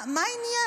מה העניין?